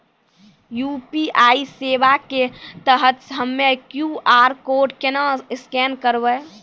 UPI सेवा के तहत हम्मय क्यू.आर कोड केना स्कैन करबै?